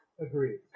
Agreed